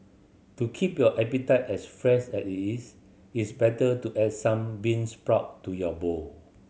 to keep your appetite as fresh as it is it's better to add some bean sprout to your bowl